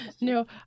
No